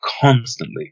constantly